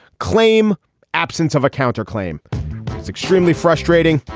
claim absence of a counterclaim it's extremely frustrating.